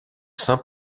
saint